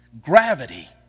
gravity